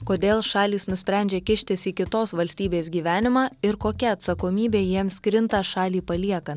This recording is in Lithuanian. kodėl šalys nusprendžia kištis į kitos valstybės gyvenimą ir kokia atsakomybė jiems krinta šalį paliekant